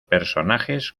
personajes